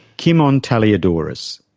kimon taliadoros.